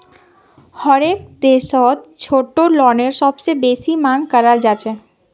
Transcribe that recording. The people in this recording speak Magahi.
हरेक देशत छोटो लोनेर सबसे बेसी मांग कराल जाछेक